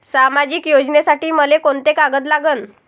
सामाजिक योजनेसाठी मले कोंते कागद लागन?